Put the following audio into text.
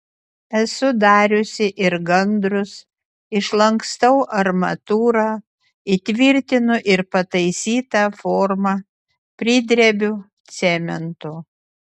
esu dariusi ir gandrus išlankstau armatūrą įtvirtinu ir pataisytą formą pridrebiu cemento